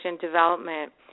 development